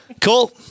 Cool